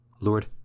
Lord